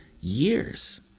years